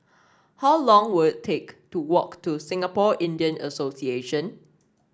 how long will it take to walk to Singapore Indian Association